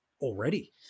already